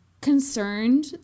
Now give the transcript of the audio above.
concerned